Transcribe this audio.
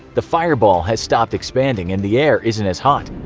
the fireball has stopped expanding, and the air isn't as hot.